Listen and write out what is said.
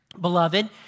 Beloved